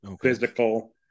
physical